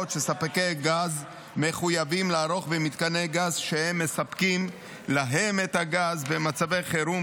שספקי גז מחויבים לערוך במתקני גז שהם מספקים להם את הגז במצבי חירום,